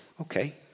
Okay